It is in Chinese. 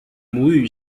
母语